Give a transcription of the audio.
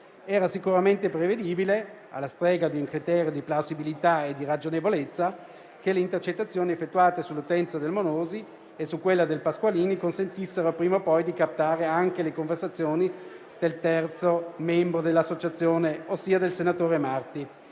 era sicuramente prevedibile, alla stregua di un criterio di plausibilità e di ragionevolezza, che le intercettazioni effettuate sull'utenza del Monosi e su quella del Pasqualini consentissero prima o poi di captare anche le conversazioni del terzo membro dell'associazione, ossia del senatore Marti.